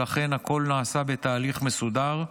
ולכן הכול נעשה בתהליך מסודר.